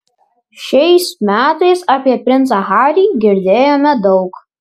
šiais metais apie princą harį girdėjome daug